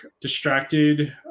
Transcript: distracted